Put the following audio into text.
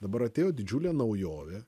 dabar atėjo didžiulė naujovė